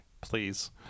please